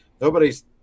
nobody's